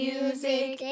Music